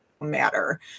matter